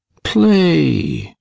play!